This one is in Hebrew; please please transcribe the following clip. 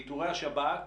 באיתורי השב"כ,